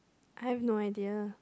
I have no idea